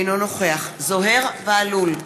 אינו נוכח זוהיר בהלול,